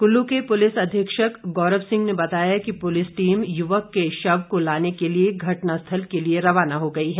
कुल्लू के पुलिस अधीक्षक गौरव सिंह ने बताया कि पुलिस टीम युवक के शव को लाने के लिए घटनास्थल के लिए रवाना हो गई है